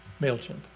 mailchimp